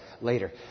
later